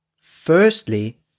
Firstly